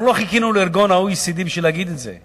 אנחנו לא חיכינו ל-OECD בשביל להגיד את זה.